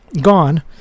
gone